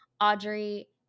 Audrey